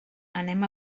anem